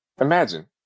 Imagine